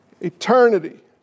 Eternity